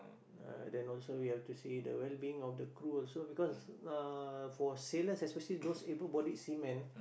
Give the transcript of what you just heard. then also we have to see the well-being of the crew also because uh for sailors especially those able bodied seamen